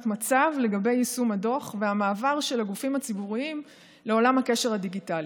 מצב לגבי יישום הדוח והמעבר של הגופים הציבוריים לעולם הקשר הדיגיטלי.